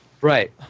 Right